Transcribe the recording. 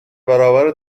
برابر